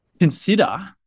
consider